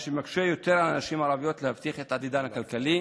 מה שמקשה יותר על נשים ערביות להבטיח את עתידן הכלכלי.